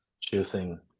choosing